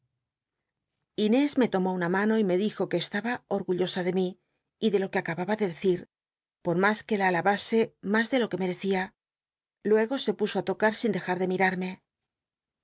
inés me t omó una mano y me dijo que esta ba orgullosa de mí y de lo que acababa de deci r pot mas que la alabase mas de lo que merecia luego se puso á locai sin dejar de mirarme